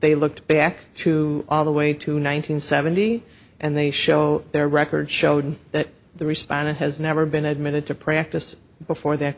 they looked back to all the way to nine hundred seventy and they show their records showed that the respondent has never been admitted to practice before th